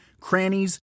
crannies